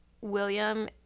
William